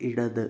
ഇടത്